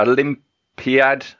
Olympiad